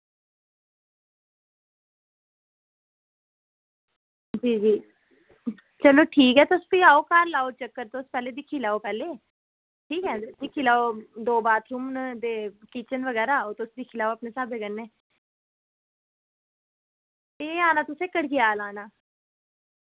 जी जी चलो भी ठीक ऐ तुस आओ घर लाओ चक्कर तुस पैह्लें दिक्खी लैओ पैह्लें ठीक ऐ दिक्खी लैओ दौ बाथरूम न ते किचन बगैरा ओह् तुस दिक्खी लैओ अपने स्हाबै कन्नै ते आना तुसें कड़कयाल आना